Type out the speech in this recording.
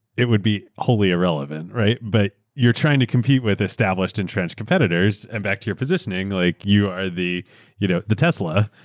it would be wholly irrelevant, right? but youaeurre trying to compete with established entrenched competitors, and back to your positioning, like you are the you know the tesla,